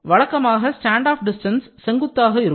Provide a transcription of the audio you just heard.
வழக்கமாக standoff distance செங்குத்தாக இருக்கும்